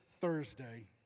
Thursday